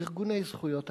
ארגוני זכויות האדם,